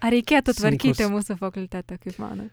ar reikėtų tvarkyti mūsų fakultetą kaip manot